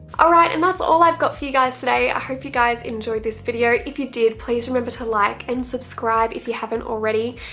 all right, and that's all i've got for you guys today. i hope you guys enjoyed this video. if you did, please remember to like and subscribe if you haven't already,